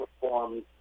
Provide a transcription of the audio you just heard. performed